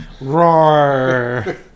Roar